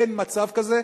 אין מצב כזה,